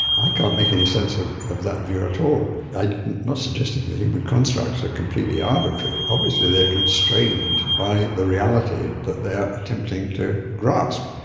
i can't make any sense of of that view at all. i'm not suggesting that human constructs are completely arbitrary, obviously they're constrained by the reality that they are attempting to grasp,